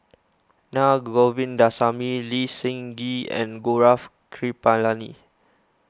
Na Govindasamy Lee Seng Gee and Gaurav Kripalani